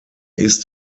ist